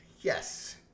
yes